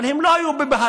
אבל הם לא היו בבהלה,